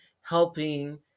helping